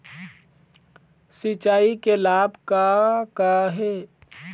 सिचाई के लाभ का का हे?